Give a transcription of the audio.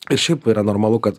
ir šiaip yra normalu kad